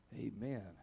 amen